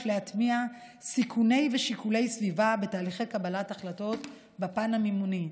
להטמיע סיכוני סביבה ושיקולי סביבה בתהליכי קבלת החלטות בפן המימוני.